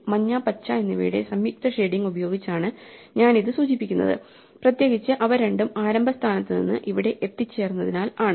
മഞ്ഞ പച്ച എന്നിവയുടെ സംയുക്ത ഷേഡിംഗ് ഉപയോഗിച്ചാണ് ഞാൻ ഇത് സൂചിപ്പിക്കുന്നത് പ്രത്യേകിച്ചും അവ രണ്ടും ആരംഭ സ്ഥാനത്ത് നിന്ന് ഇവിടെ എത്തിച്ചേർന്നതിനാൽ ആണ്